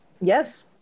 Yes